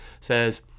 says